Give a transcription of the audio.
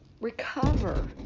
recover